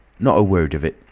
not a word of it,